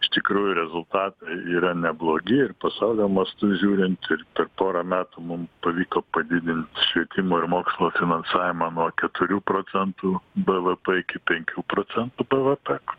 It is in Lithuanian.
iš tikrųjų rezultatai yra neblogi ir pasaulio mastu žiūrint per porą metų mum pavyko padidint švietimo ir mokslo finansavimą nuo keturių procentų bvp iki penkių procentų bvp